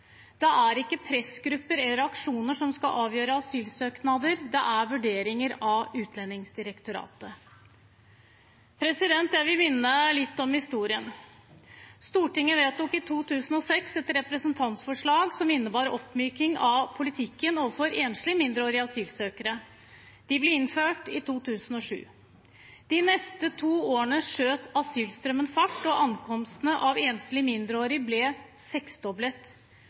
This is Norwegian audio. Det er ikke pressgrupper eller aksjoner som skal avgjøre asylsøknader – det er vurderinger gjort av Utlendingsdirektoratet. Jeg vil minne om historien. Stortinget vedtok i 2006 et representantforslag som innebar en oppmyking av politikken overfor enslige mindreårige asylsøkere. Det ble innført i 2007. De neste to årene skjøt asylstrømmen fart, og ankomstene av enslige mindreårige ble seksdoblet.